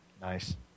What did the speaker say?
Nice